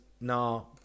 now